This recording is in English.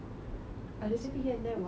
a little bit here and there what